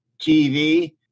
TV